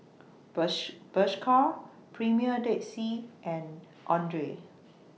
Bershka Premier Dead Sea and Andre